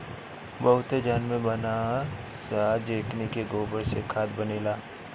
बहुते जानवर बानअ सअ जेकनी के गोबर से खाद बनेला